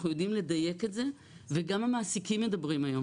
אנחנו יודעים לדייק את זה וגם המעסיקים מדברים היום